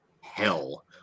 hell